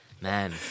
man